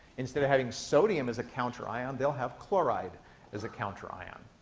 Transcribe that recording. instead of having sodium as a counterion, um they'll have chloride as a counterion.